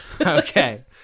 Okay